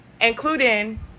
including